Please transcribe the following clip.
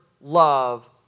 love